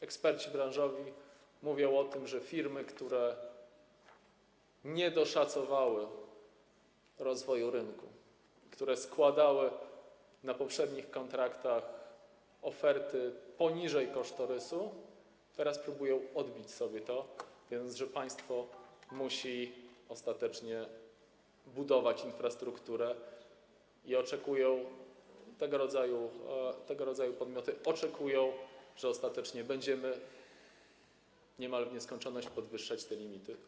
Eksperci branżowi mówią o tym, że firmy, które nie doszacowały rozwoju rynku, które składały w przypadku poprzednich kontraktów oferty poniżej kosztorysu, teraz próbują odbić sobie to - wiedząc, że państwo musi ostatecznie budować infrastrukturę, tego rodzaju podmioty oczekują, że ostatecznie będziemy niemal w nieskończoność podwyższać te limity.